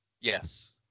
yes